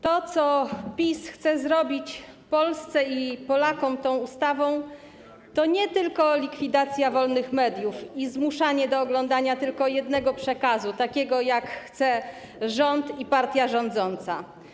To, co PiS chce zrobić Polsce i Polakom tą ustawą, to nie tylko likwidacja wolnych mediów i zmuszanie do oglądania tylko jednego przekazu, takiego jak chcą rząd i partia rządząca.